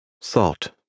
Salt